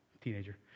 teenager